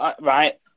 Right